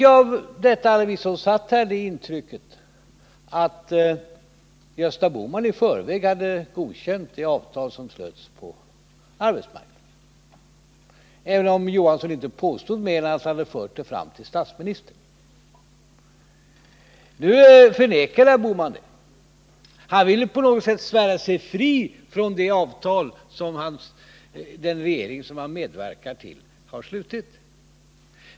Vi som satt här fick av detta intrycket att Gösta Bohman i förväg hade godkänt det avtal som slöts på arbetsmarknaden, även om Olof Johansson inte påstod mer än att han hade fört det fram till statsministern. Nu förnekar herr Bohman detta. Han vill på något sätt svära sig fri från det avtal som den regering som han medverkar i har slutit.